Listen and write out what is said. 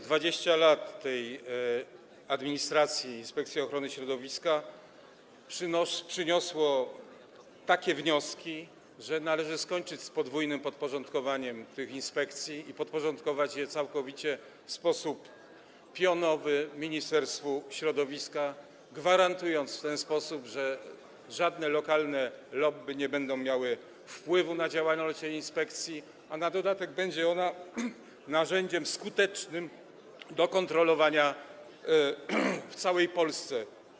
20 lat administracji Inspekcji Ochrony Środowiska przyniosło takie wnioski, że należy skończyć z podwójnym podporządkowaniem tej inspekcji i podporządkować ją całkowicie, w sposób pionowy, Ministerstwu Środowiska, gwarantując w ten sposób, że żadne lokalne lobby nie będą miały wpływu na działalność tej inspekcji, a na dodatek będzie ona skutecznym narzędziem do kontrolowania w całej Polsce.